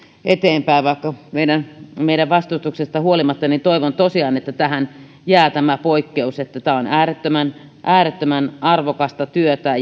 eteenpäin meidän meidän vastustuksestamme huolimatta niin toivon tosiaan että tähän jää tämä poikkeus tämä on äärettömän äärettömän arvokasta työtä